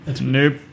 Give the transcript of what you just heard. Nope